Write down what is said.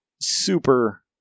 super